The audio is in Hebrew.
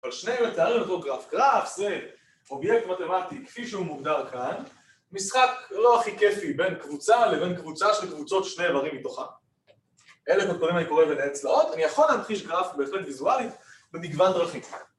‫אבל שניהם מתארים אותו גרף. ‫גרף זה אובייקט מתמטי, ‫כפי שהוא מוגדר כאן, ‫משחק לא הכי כיפי בין קבוצה לבין קבוצה ‫של קבוצות שני איברים מתוכן. ‫אלה תתקונים אני קורא ביניהן צלעות. ‫אני יכול להמחיש גרף, בהחלט ויזואלית, ‫בנגוון דרכי.